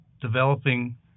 developing